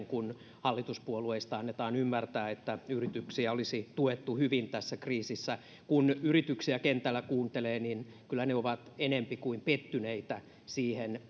kuin hallituspuolueista annetaan ymmärtää että yrityksiä olisi tuettu hyvin tässä kriisissä kun yrityksiä kentällä kuuntelee kyllä ne ovat enempi kuin pettyneitä siihen